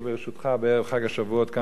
בערב חג השבועות כמה דקות,